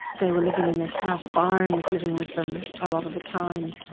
they were living in this house, byron was living with them a lot of the time.